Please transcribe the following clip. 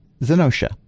Zenosha